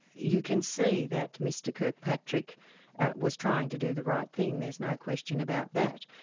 you can see that mr kirkpatrick was trying to do the right thing, there's no question about that.